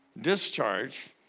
discharge